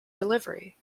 delivery